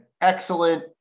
excellent